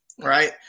right